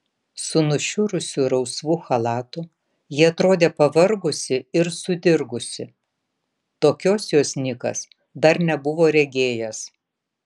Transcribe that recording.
su nušiurusiu rausvu chalatu ji atrodė pavargusi ir sudirgusi tokios jos nikas dar nebuvo regėjęs